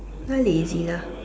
lazy lah